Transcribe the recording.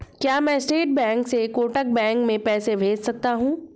क्या मैं state bank से कोटक बैंक में पैसे भेज सकता हूँ?